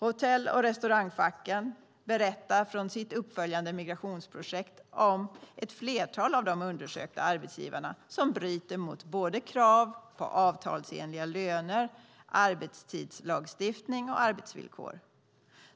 Hotell och restaurangfacken berättar från sitt uppföljande migrationsprojekt om ett flertal av de undersökta arbetsgivarna som bryter mot krav på avtalsenliga löner, arbetstidslagstiftning och arbetsvillkor.